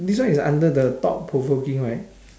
this one is under the thought-provoking right